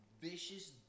vicious